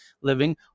living